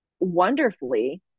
wonderfully